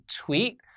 tweet